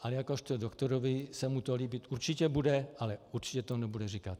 A jakožto doktorovi se mu to líbit určitě bude, ale určitě to nebude říkat.